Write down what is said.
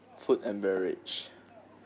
food and beverage